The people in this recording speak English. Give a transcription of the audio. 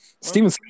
Steven